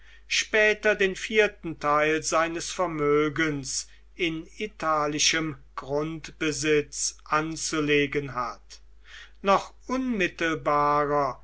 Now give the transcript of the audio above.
später den vierten teil seines vermögens in italischem grundbesitz anzulegen hat noch unmittelbarer